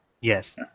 Yes